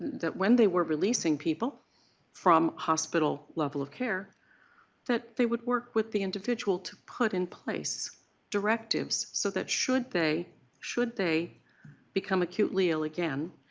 that when they were releasing people from hospital level of care that they work with the individual to put in place directives so that should they should they become acutely ill again,